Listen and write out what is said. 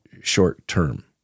short-term